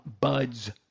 Buds